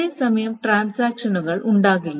ഒരേസമയം ട്രാൻസാക്ഷനുകൾ ഉണ്ടാകില്ല